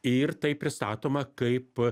ir tai pristatoma kaip